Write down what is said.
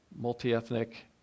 multi-ethnic